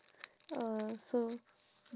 oh so